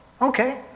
okay